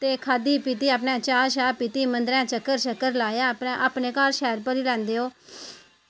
ते खाद्धी पीती ते अपने चाह् पीती अंदरें चक्कर लाया अपने घर शैल भरी लैंदे ओह्